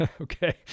Okay